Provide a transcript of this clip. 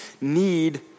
need